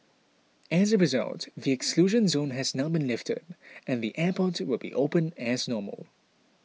as a result the exclusion zone has now been lifted and the airport will be open as normal